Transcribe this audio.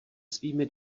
svými